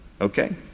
Okay